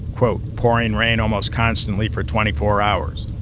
quote, pouring rain almost constantly for twenty four hours.